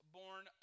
born